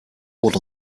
would